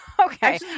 Okay